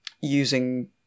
using